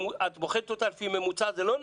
את בוחנת אותה לפי ממוצע, זה לא נכון.